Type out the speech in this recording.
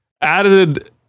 added